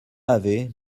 avait